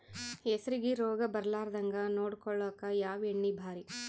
ಹೆಸರಿಗಿ ರೋಗ ಬರಲಾರದಂಗ ನೊಡಕೊಳುಕ ಯಾವ ಎಣ್ಣಿ ಭಾರಿ?